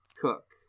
Cook